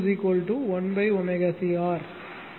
எனவே Q 1ω C R